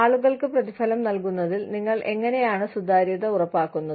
ആളുകൾക്ക് പ്രതിഫലം നൽകുന്നതിൽ നിങ്ങൾ എങ്ങനെയാണ് സുതാര്യത ഉറപ്പാക്കുന്നത്